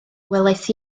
welais